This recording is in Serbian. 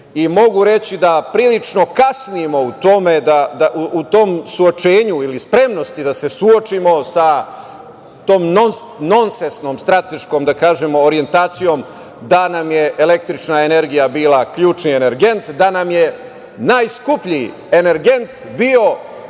i mogu reći da prilično kasnimo u tom suočenju ili spremnosti da se suočimo sa tom nonsesnom strateškom orijentacijom da nam je električna energija bila ključni energent, da nam je najskuplji energent bio